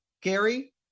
Gary